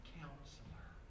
counselor